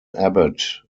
abbot